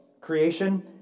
creation